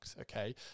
okay